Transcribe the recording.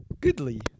goodly